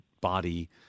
body